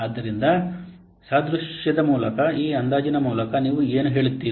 ಆದ್ದರಿಂದ ಸಾದೃಶ್ಯದ ಮೂಲಕ ಈ ಅಂದಾಜಿನ ಮೂಲಕ ನೀವು ಏನು ಹೇಳುತ್ತೀರಿ